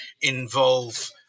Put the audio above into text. involve